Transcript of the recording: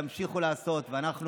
תמשיכו לעשות ואנחנו